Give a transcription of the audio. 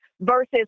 versus